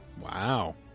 Wow